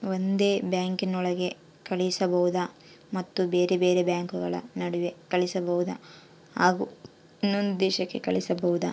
ಒಂದೇ ಬ್ಯಾಂಕಿನೊಳಗೆ ಕಳಿಸಬಹುದಾ ಮತ್ತು ಬೇರೆ ಬೇರೆ ಬ್ಯಾಂಕುಗಳ ನಡುವೆ ಕಳಿಸಬಹುದಾ ಹಾಗೂ ಇನ್ನೊಂದು ದೇಶಕ್ಕೆ ಕಳಿಸಬಹುದಾ?